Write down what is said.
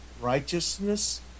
righteousness